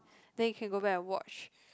then you can go back and watch